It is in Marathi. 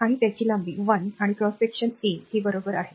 आणि त्याचे लांबी l आणि क्रॉस सेक्शनल ए हे बरोबर आहे